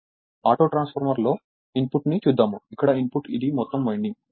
auto transformer లో input ని చూద్దాము ఇక్కడ ఇన్పుట్ ఇది మొత్తం వైండింగ్